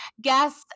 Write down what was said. guest